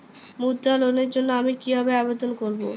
মুদ্রা লোনের জন্য আমি কিভাবে আবেদন করবো?